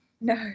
No